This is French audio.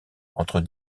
entre